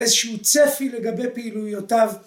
‫איזשהו צפי לגבי פעילויותיו.